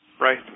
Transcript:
right